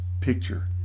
picture